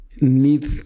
need